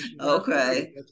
okay